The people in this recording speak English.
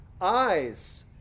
Eyes